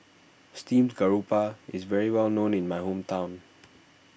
Steamed Garoupa is well known in my hometown